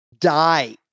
die